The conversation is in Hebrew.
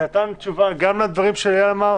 זה נתן תשובה גם לדברים שאייל אמר,